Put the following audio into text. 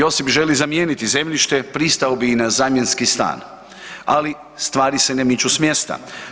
Josip želi zamijeniti zemljište, pristao bi i na zamjenski stan, ali stvari se ne miču s mjesta.